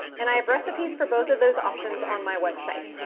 and i have recipes for both of those options on my website.